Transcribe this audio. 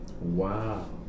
Wow